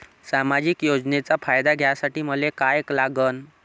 सामाजिक योजनेचा फायदा घ्यासाठी मले काय लागन?